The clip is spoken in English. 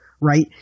right